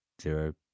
zero